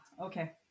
Okay